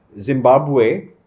Zimbabwe